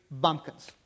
bumpkins